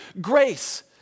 grace